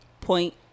Point